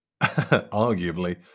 Arguably